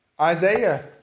Isaiah